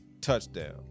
touchdown